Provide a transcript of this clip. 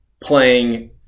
playing